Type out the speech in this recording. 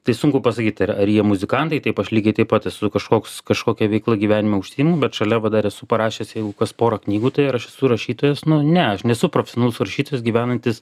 tai sunku pasakyti ar ar jie muzikantai taip aš lygiai taip pat esu kažkoks kažkokia veikla gyvenime užsiimu bet šalia va dar esu parašęs jeigu kas porą knygų tai ar aš esu rašytojas nu ne aš nesu profesionalus rašytojas gyvenantis